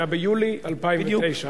זה היה ביולי 2009. בדיוק.